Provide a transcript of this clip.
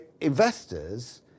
investors